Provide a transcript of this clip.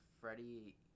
Freddie